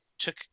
took